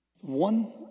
one